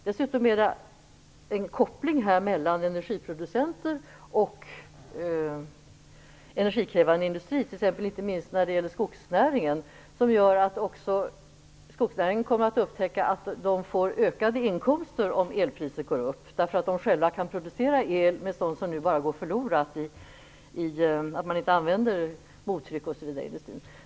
Dessutom finns det en koppling mellan elproducenter och energikrävande industri inte minst när det gäller skogsnäringen, som gör att också skogsnäringen kommer att upptäcka att man får ökade inkomster om elpriset går upp därför att man själv kan producera el med sådant som nu bara går förlorat genom att man t.ex. inte använder mottryck osv. inom industrin.